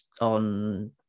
on